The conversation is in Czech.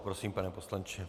Prosím, pane poslanče.